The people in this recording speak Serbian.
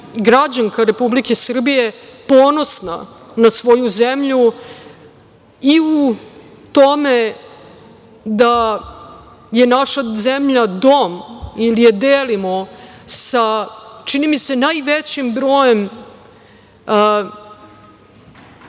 građanka Republike Srbije ponosna na svoju zemlju i u tome da je naša zemlja dom ili je delimo sa, čini mi se, najvećim brojem